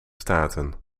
staten